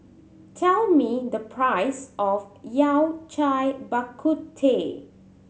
tell me the price of Yao Cai Bak Kut Teh